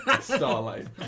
starlight